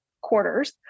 quarters